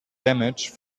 damage